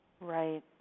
Right